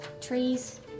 Trees